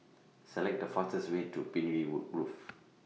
Select The fastest Way to Pinewood Grove